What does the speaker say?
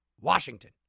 Washington